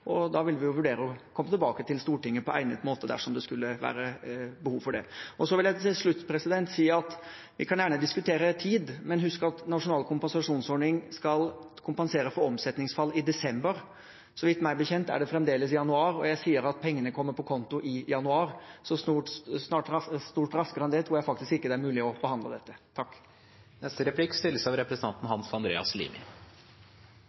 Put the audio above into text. Da vil vi vurdere å komme tilbake til Stortinget på egnet måte dersom det skulle være behov for det. Til slutt vil jeg si at vi kan gjerne diskutere tid, men husk at den nasjonale kompensasjonsordningen skal kompensere for omsetningsfall i desember. Meg bekjent er det fremdeles januar, og jeg sier at pengene kommer på konto i januar. Så stort raskere enn det tror jeg faktisk ikke det er mulig å behandle dette.